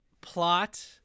plot